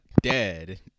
dead